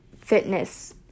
fitness